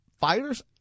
fighters